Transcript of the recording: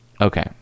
Okay